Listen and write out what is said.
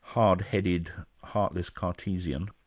hard-headed, heartless, cartesian?